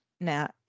Now